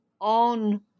on